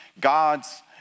God's